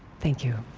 thank you.